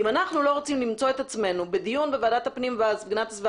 זה אם אנחנו לא רוצם למצוא את עצמנו בדיון בוועדת הפנים והגנת הסביבה